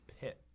pit